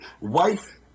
wife